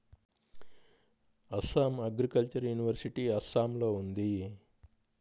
Assam agricultural university అస్సాంలో ఉంది